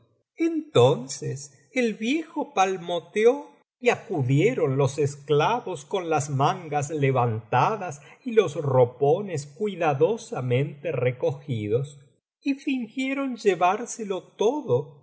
entonces el viejo palmoteo y acudieron los esclavos con las mangas levantadas y los ropones cuidadosamente recogidos y fingieron llevárselo todo